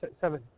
seven